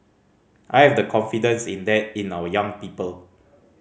I have the confidence in that in our young people